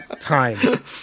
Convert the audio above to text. time